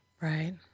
Right